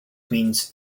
means